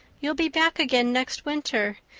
you'll be back again next winter,